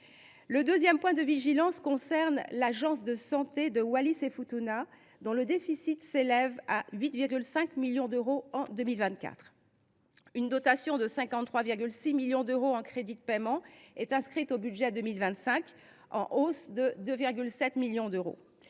Un autre point de vigilance concerne l’agence de santé du territoire des îles Wallis et Futuna, dont le déficit s’élève à 8,5 millions d’euros en 2024. Une dotation de 53,6 millions d’euros en crédits de paiement est inscrite au budget 2025, en hausse de 2,7 millions d’euros.